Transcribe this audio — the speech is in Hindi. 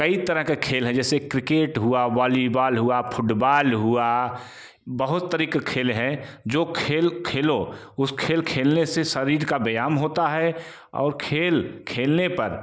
कई तरह के खेल है जैसे क्रिकेट हुआ वॉली बॉल हुआ फुटबॉल हुआ बहुत तरीके के खेल है जो खेल खेलो उस खेल खेलने से शरीर का व्यायाम होता है और खेल खेलने पर